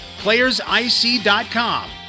playersic.com